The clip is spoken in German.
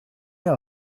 mir